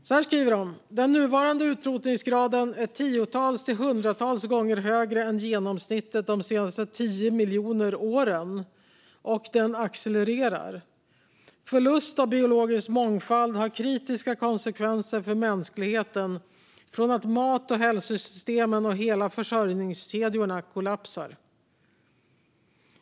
De skriver att den nuvarande utrotningsgraden är tiotals till hundratals gånger högre än genomsnittet under de senaste 10 miljoner åren, att den accelererar och att förlust av biologisk mångfald har kritiska konsekvenser för mänskligheten genom att mat och hälsosystemen och hela försörjningskedjorna kollapsar.